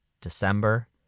December